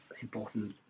important